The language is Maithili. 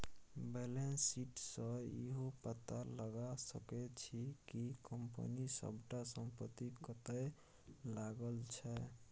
बैलेंस शीट सँ इहो पता लगा सकै छी कि कंपनी सबटा संपत्ति कतय लागल छै